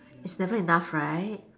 it's never enough right